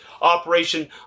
operation